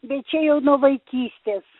bet čia jau nuo vaikystės